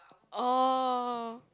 oh